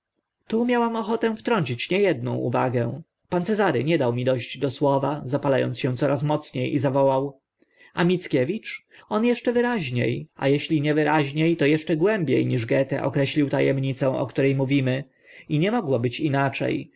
tu miałam ochotę wtrącić nie edną uwagę pan cezary nie dał mi do ść do słowa zapala ąc się coraz mocnie zawołał a mickiewicz on eszcze wyraźnie a eżeli nie wyraźnie to eszcze głębie niż goethe określił ta emnicę o które mówimy i nie mogło być inacze